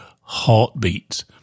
heartbeats